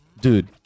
dude